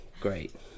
Great